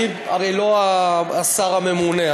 אני הרי לא השר הממונה,